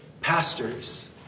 pastors